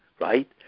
right